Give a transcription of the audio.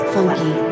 Funky